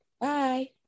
Bye